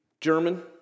German